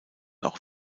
auch